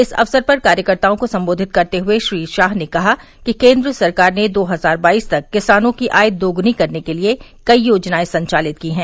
इस अवसर पर कार्यकर्ताओं को संबोधित करते हुए श्री शाह ने कहा कि केन्द्र सरकार ने दो हज़ार बाईस तक किसानों की आय दोगुना करने के लिये कई योजनाए संचालित की हैं